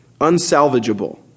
unsalvageable